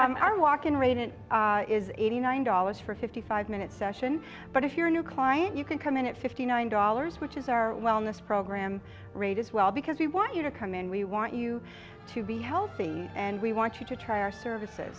i'm walk in rate it is eighty nine dollars for fifty five minute session but if you're a new client you can come in at fifty nine dollars which is our wellness program rate as well because we want you to come in we want you to be healthy and we want you to try our services